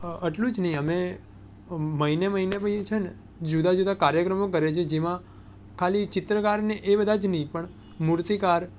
એટલું જ નહીં અમે મહિને મહિને પછી છેને જુદા જુદા કાર્યક્રમો કરીએ છે જેમાં ખાલી ચિત્રકારને એ બધા જ નહીં પણ મૂર્તિકાર